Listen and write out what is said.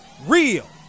Real